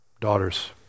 daughters